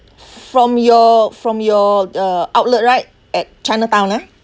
from your from your uh outlet right at chinatown ah